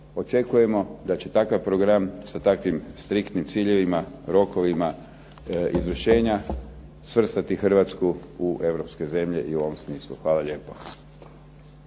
Očekujemo da će takav program sa takvim striktnim ciljevima, rokovima izvršenja svrstati Hrvatsku u europske zemlje i u ovom smislu. Hvala lijepo.